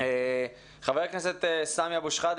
חבר הכנסת סמי אבו שחאדה,